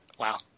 Wow